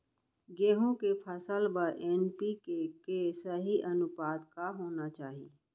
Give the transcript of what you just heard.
गेहूँ के फसल बर एन.पी.के के सही अनुपात का होना चाही?